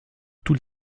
tous